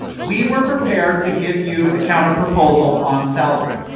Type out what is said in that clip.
we were prepared to give you a counterproposal on salary.